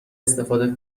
استفاده